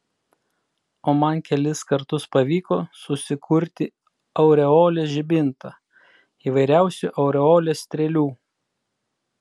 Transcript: o man kelis kartus pavyko susikurti aureolės žibintą įvairiausių aureolės strėlių